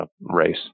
race